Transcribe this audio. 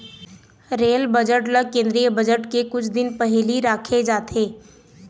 rail budget ल केंद्रीय budget के कुछ दिन पहिली राखे जाथे